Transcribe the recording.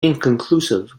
inconclusive